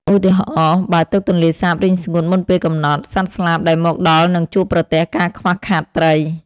ឧទាហរណ៍ បើទឹកទន្លេសាបរីងស្ងួតមុនពេលកំណត់ សត្វស្លាបដែលមកដល់នឹងជួបប្រទះការខ្វះខាតត្រី។